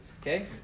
okay